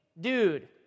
dude